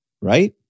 right